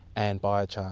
and biochar.